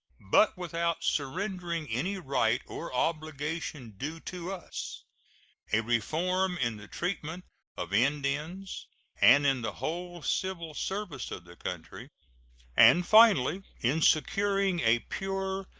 but without surrendering any right or obligation due to us a reform in the treatment of indians and in the whole civil service of the country and finally, in securing a pure,